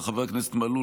חבר הכנסת מלול,